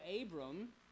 Abram